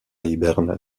hiberne